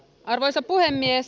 arvoisa puhemies